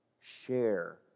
share